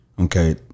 okay